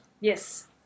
Yes